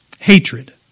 Hatred